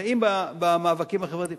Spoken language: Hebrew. שמסייעים במאבקים החברתיים,